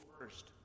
first